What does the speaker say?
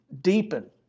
deepen